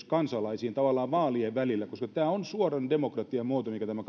kansalaisiin vaalien välillä koska tämä on suoran demokratian muoto tämä